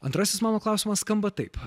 antrasis mano klausimas skamba taip